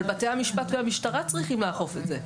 אבל בתי המשפט והמשטרה צריכים לאכוף את זה.